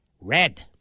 Red